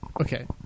Okay